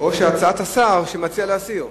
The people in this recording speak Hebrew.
או הצעת השר, שמציע להסיר.